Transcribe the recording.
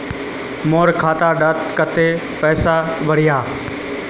मोर खाता डात कत्ते पैसा बढ़ियाहा?